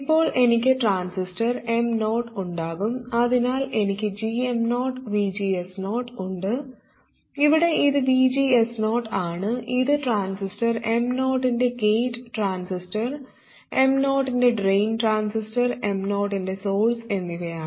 ഇപ്പോൾ എനിക്ക് transistor M0 ഉണ്ടാകും അതിനാൽ എനിക്ക് gm0VGS0 ഉണ്ട് ഇവിടെ ഇത് VGS0 ആണ് ഇത് ട്രാൻസിസ്റ്റർ M0 ൻറെ ഗേറ്റ് ട്രാൻസിസ്റ്റർ M0 ൻറെ ഡ്രെയിൻ ട്രാൻസിസ്റ്റർ M0 ൻറെ സോഴ്സ് എന്നിവയാണ്